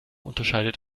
unterscheidet